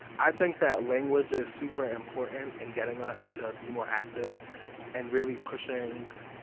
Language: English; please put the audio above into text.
i think that language is super important in getting us to be more active and really pushing,